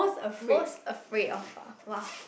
most afraid of ah [wah]